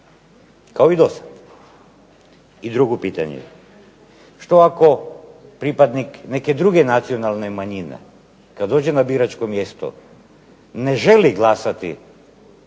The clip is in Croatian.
kao i do sada. I drugo pitanje, što ako pripadnik neke druge nacionalne manjine kada dođe na biračko mjesto, ne želi glasati